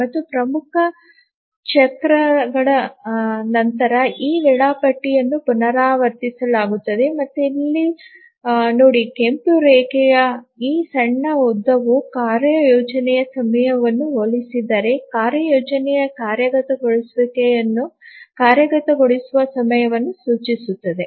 ಮತ್ತು ಪ್ರಮುಖ ಚಕ್ರದ ನಂತರ ಈ ವೇಳಾಪಟ್ಟಿಯನ್ನು ಪುನರಾವರ್ತಿಸಲಾಗುತ್ತದೆ ಮತ್ತು ಇಲ್ಲಿ ನೋಡಿ ಕೆಂಪು ರೇಖೆಯ ಈ ಸಣ್ಣ ಉದ್ದವು ಕಾರ್ಯಯೋಜನೆಯ ಸಮಯವನ್ನು ಹೋಲಿಸಿದರೆ ಕಾರ್ಯಯೋಜನೆಯ ಕಾರ್ಯಗತಗೊಳಿಸುವಿಕೆಯ ಕಾರ್ಯಗತಗೊಳಿಸುವ ಸಮಯವನ್ನು ಸೂಚಿಸುತ್ತದೆ